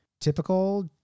typical